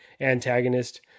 antagonist